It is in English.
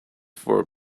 for